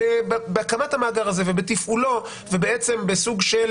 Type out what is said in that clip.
בהקמת המאגר הזה ובתפעולו בעצם נוצר סוג של